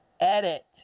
edit